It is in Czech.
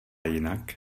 jinak